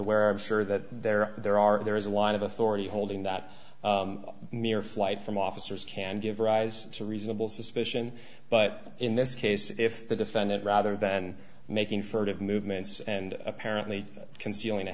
of sir that there are there are there is a lot of authority holding that mirror flight from officers can give rise to reasonable suspicion but in this case if the defendant rather than making furtive movements and apparently concealing a